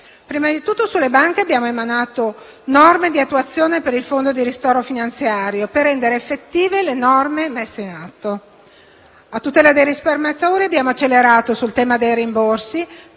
Prima di tutto, sulle banche abbiamo emanato norme di attuazione per il fondo di ristoro finanziario, per rendere effettive le norme messe in atto. A tutela dei risparmiatori, abbiamo accelerato sul tema dei rimborsi,